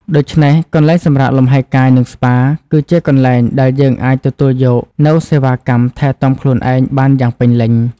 ដូច្នេះ កន្លែងសម្រាកលំហែកាយ និងស្ប៉ា គឺជាកន្លែងដែលយើងអាចទទួលយកនូវសេវាកម្មថែទាំខ្លួនឯងបានយ៉ាងពេញលេញ។